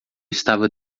estava